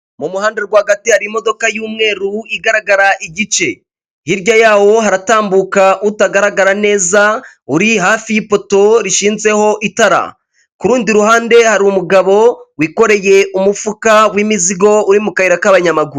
Mu muhanda rwagati hari imodoka y'umweru igaragara igice, hirya yawo haratambuka utagaragara neza, uri hafi y'ipoto rishinzeho itara, ku rundi ruhande hari umugabo wikoreye umufuka w'imizigo uri mu kayira k'abanyamaguru.